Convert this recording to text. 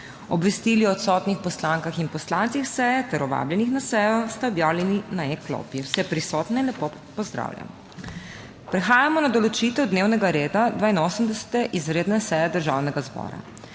Obvestili o odsotnih poslankah in poslancih seje ter o vabljenih na sejo sta objavljeni na e-klopi. Vse prisotne lepo pozdravljam! Prehajamo na določitev dnevnega reda 82. izredne seje Državnega zbora.